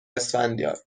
اسفندیار